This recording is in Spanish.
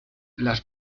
las